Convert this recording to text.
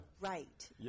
right